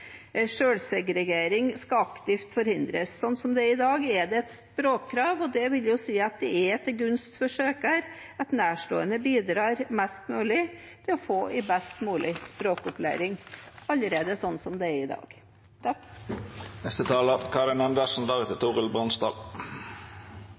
aktivt skal forhindres. Slik det er i dag, er det et språkkrav, og det vil jo si at det er til gunst for søkeren at nærstående bidrar mest mulig til best mulig språkopplæring. SV støtter ikke disse innstrammingene i